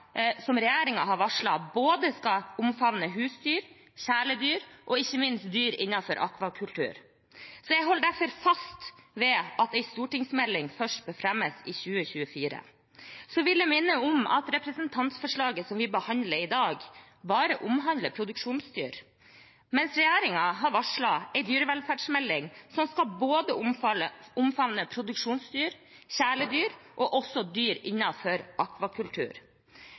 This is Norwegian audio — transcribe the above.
som regjeringen har varslet, både skal omfatte husdyr, kjæledyr og ikke minst dyr innenfor akvakultur. Så jeg holder derfor fast ved at en stortingsmelding først bør fremmes i 2024. Så vil jeg minne om at representantforslaget som vi behandler i dag, bare omhandler produksjonsdyr, mens regjeringen har varslet en dyrevelferdsmelding som skal omfatte både produksjonsdyr, kjæledyr og dyr innenfor akvakultur.